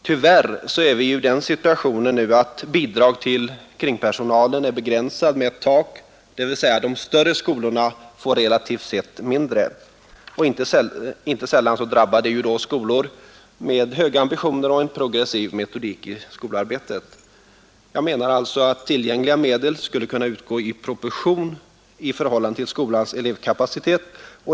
Tyvärr är vi i den situationen att bidraget till kringpersonalen är begränsat av ett tak, dvs. de större skolorna fär relativt sett mindre, och inte sällan drabbar detta dä skolor med höga ambitioner och en progressiv metodik i skolarbetet. Jag menar alltsa att tillgängliga medel skulle kunna utga i förhållande till skolans elevkapacitet.